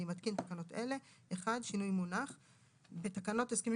אני מתקין תקנות אלה: שינוי מונח 1. בתקנות הסכמים